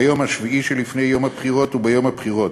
ביום השביעי שלפני יום הבחירות וביום הבחירות,